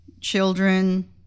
children